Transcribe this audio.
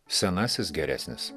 senasis geresnis